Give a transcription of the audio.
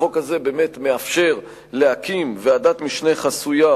החוק הזה מאפשר להקים ועדת משנה חסויה